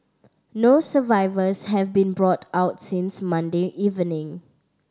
no survivors have been brought out since Monday evening